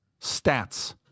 stats